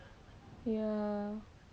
ya